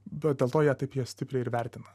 bet dėl to jie taip ją stipriai ir vertina